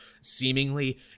seemingly